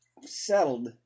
settled